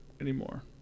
anymore